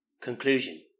Conclusion